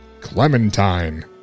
Clementine